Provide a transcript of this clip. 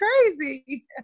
crazy